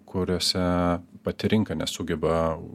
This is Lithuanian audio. kuriose pati rinka nesugeba